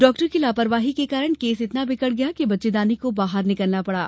चिकित्सक की लापरवाही के कारण केस इतना बिगड़ गया कि बच्चेदानी को बाहर निकालना पड़ा